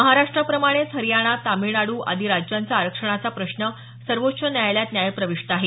महाराष्ट्राप्रमाणेच हरियाणा तमिळनाडू आदी राज्यांचा आरक्षणाचा प्रश्न सर्वोच्व न्यायालयात न्यायप्रविष्ट आहे